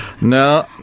No